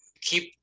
keep